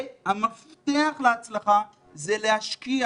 המפתח להצלחה הוא להשקיע